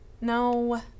No